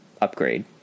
upgrade